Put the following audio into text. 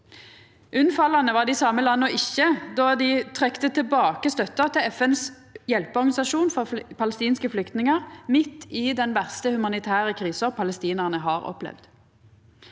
Unnfallande var dei same landa ikkje då dei trekte tilbake støtta til FNs hjelpeorganisasjon for palestinske flyktningar midt i den verste humanitære krisa palestinarane har opplevd.